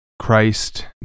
Christ